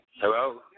Hello